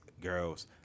girls